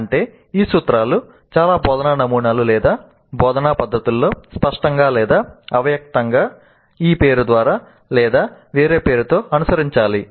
అంటే ఈ సూత్రాలు చాలా బోధనా నమూనాలు లేదా బోధనా పద్ధతుల్లో స్పష్టంగా లేదా అవ్యక్తంగా ఈ పేరు ద్వారా లేదా వేరే పేరుతో అనుసరించాలి